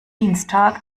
dienstag